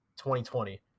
2020